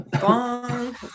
bong